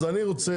אז אני רוצה,